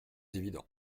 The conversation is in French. évident